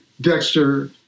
Dexter